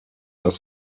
aus